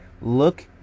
Look